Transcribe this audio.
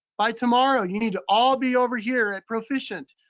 by tomorrow, you need to all be over here at proficient,